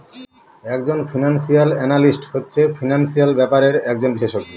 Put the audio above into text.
এক জন financial analyst হচ্ছে ফিনান্সিয়াল ব্যাপারের একজন বিশষজ্ঞ